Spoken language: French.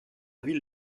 ville